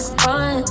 run